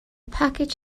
package